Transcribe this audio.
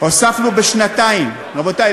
הוספנו בשנתיים רבותי,